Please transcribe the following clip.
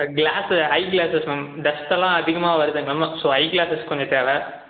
class eye glasses ma'am டஸ்ட்டெல்லாம் அதிகமாக வருது மேம் ஸோ ஐ க்ளாஸஸ் கொஞ்சம் தேவை